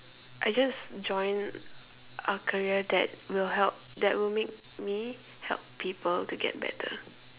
I just join a career that will help that will make me help people to get better